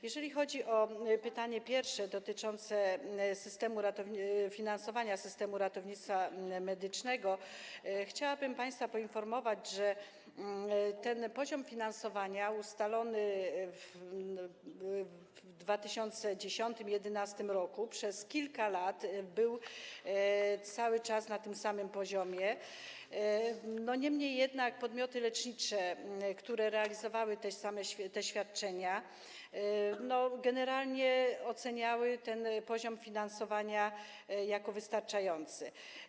Jeżeli chodzi o pytanie pierwsze dotyczące systemu finansowania systemu ratownictwa medycznego, chciałabym państwa poinformować, że poziom finansowania ustalony w 2010 r. i 2011 r. przez kilka lat był cały czas na tym samym poziomie, niemniej jednak podmioty lecznicze, które realizowały te świadczenia, generalnie oceniały ten poziom finansowania jako wystarczający.